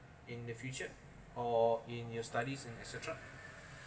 in the future or in your studies and et cetera